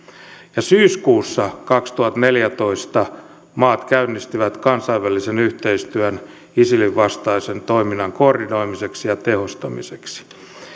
ja syyskuussa kaksituhattaneljätoista maat käynnistivät kansainvälisen yhteistyön isilin vastaisen toiminnan koordinoimiseksi ja tehostamiseksi